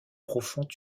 profond